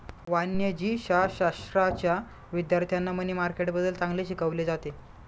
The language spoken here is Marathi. वाणिज्यशाश्राच्या विद्यार्थ्यांना मनी मार्केटबद्दल चांगले शिकवले जाते